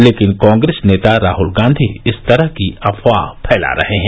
लेकिन कांगेस नेता राहुल गांधी इस तरह की अफवाह फैला रहे हैं